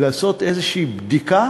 לעשות איזו בדיקה,